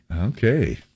okay